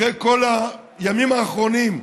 אחרי כל הימים האחרונים,